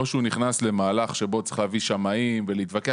או שהוא נכנס למהלך שבו הוא צריך להביא שמאים ולהתווכח